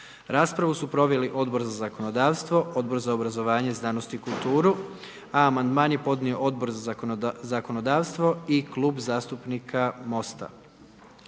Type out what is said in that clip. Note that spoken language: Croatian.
Raspravu su proveli Odbor za zakonodavstvo, Odbor za obrazovanje, znanost i kulturu a amandman je podnio Odbor za zakonodavstvo i Klub zastupnika MOST-a.